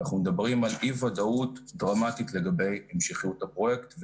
ואנחנו מדברים על אי ודאות דרמטי לגבי המשכיות הפרויקט.